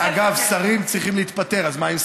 אגב, שרים צריכים להתפטר, אז מה עם שרים?